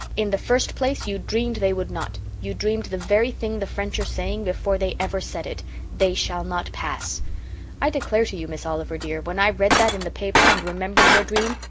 in the first place, you dreamed they would not you dreamed the very thing the french are saying before they ever said it they shall not pass i declare to you, miss oliver, dear, when i read that in the paper, and remembered your dream,